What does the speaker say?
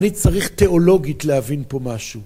אני צריך תיאולוגית להבין פה משהו.